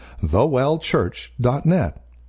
thewellchurch.net